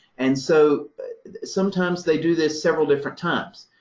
and so sometimes they do this several different times,